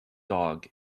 dog